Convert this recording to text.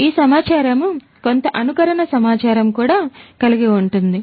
ఈ సమాచారముకొంత అనుకరణ సమాచారం కూడా కలిగి ఉంటుంది